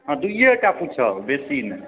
हाँ दुइएटा पूछब बेसी नहि